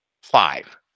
five